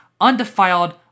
undefiled